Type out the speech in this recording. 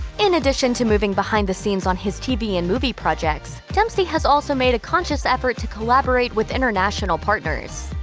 in addition to moving behind the scenes on his tv and movie projects, dempsey has also made a conscious effort to collaborate with international partners.